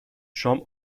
شام